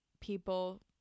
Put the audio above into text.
people